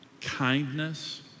kindness